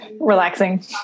relaxing